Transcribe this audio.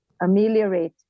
ameliorate